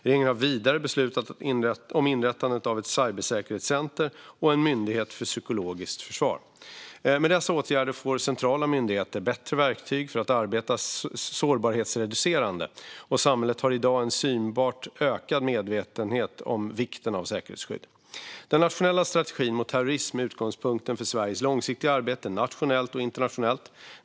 Regeringen har vidare beslutat om inrättandet av ett cybersäkerhetscenter och en myndighet för psykologiskt försvar. Med dessa åtgärder får centrala myndigheter bättre verktyg för att arbeta sårbarhetsreducerande, och samhället har i dag en synbart ökad medvetenhet om vikten av säkerhetsskydd. Den nationella strategin mot terrorism är utgångspunkten för Sveriges långsiktiga arbete, nationellt och internationellt.